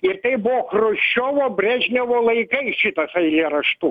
ir tai buvo chruščiovo brežnevo laikai šitas eilėraštu